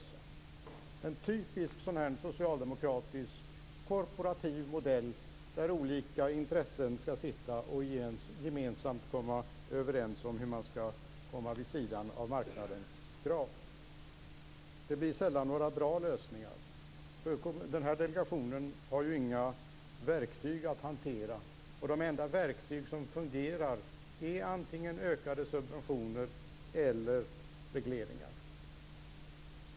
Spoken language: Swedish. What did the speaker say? Det är en typiskt socialdemokratisk korporativ modell där olika intressenter gemensamt skall komma överens om hur man skall komma vid sidan av marknadens krav. Det blir sällan några bra lösningar. Delegationen har ju inga verktyg för att hantera frågan. De enda verktyg som fungerar är antingen ökade subventioner eller regleringar.